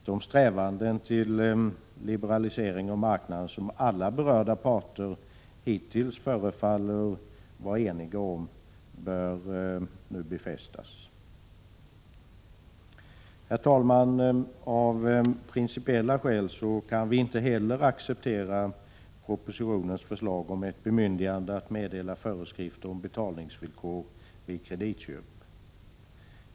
De strävanden till liberalisering av marknaden som alla berörda parter hittills förefaller vara eniga om bör nu befästas. Herr talman! Av principiella skäl kan vi inte heller acceptera propositionens förslag om ett bemyndigande att meddela föreskrifter om betalningsvillkor vid kreditköp.